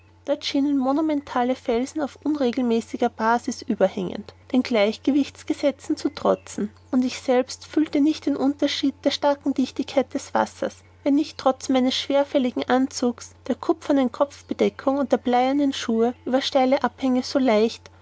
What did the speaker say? monumentale felsen auf unregelmäßiger basis überhängend den gleichgewichtsgesetzen zu trotzen und ich selbst fühlte nicht den unterschied der starken dichtigkeit des wassers wenn ich trotz meines schwerfälligen anzugs der kupfernen kopfbedeckung und den bleiernen sohlen über steile abhänge so leicht